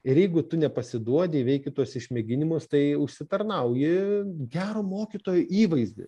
ir jeigu tu nepasiduodi įveikti tuos išmėginimus tai užsitarnauji gero mokytojo įvaizdį